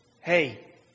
Hey